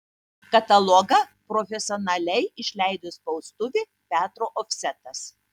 katalogą profesionaliai išleido spaustuvė petro ofsetas